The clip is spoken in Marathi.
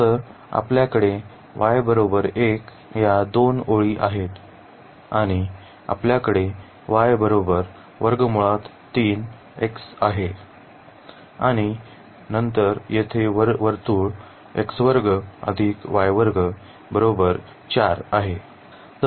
तर आपल्याकडे y 1 या दोन ओळी आहेत आणि आपल्याकडे आहे आणि नंतर येथे वर्तुळ आहे